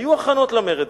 היו הכנות למרד.